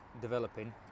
developing